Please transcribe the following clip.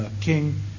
king